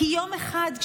כי יום אחד,